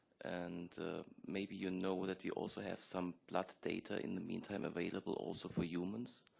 and maybe you know that you also have some blood data in the meantime available also for humans.